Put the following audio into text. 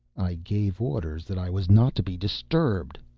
i gave orders that i was not to be disturbed.